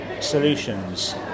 Solutions